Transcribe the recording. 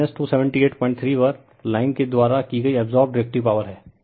और 2783वर लाइन के द्वारा की गई अब्सोर्बड रिएक्टिव पॉवर है